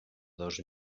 dos